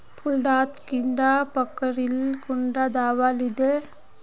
फुल डात कीड़ा पकरिले कुंडा दाबा दीले?